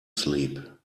sleep